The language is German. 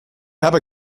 habe